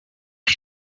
not